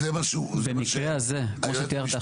זה המקרה הזה, כמו שתיארת עכשיו.